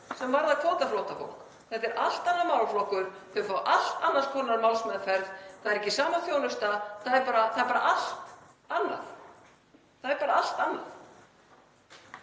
sem varðar kvótaflóttafólk. Þetta er allt annar málaflokkur, þau fá allt annars konar málsmeðferð, það er ekki sama þjónusta, það er bara allt annað. Þetta á ekki við